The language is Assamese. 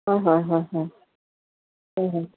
হয় হয় হয় হয় হয় হয়